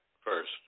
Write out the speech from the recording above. first